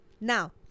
Now